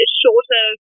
shorter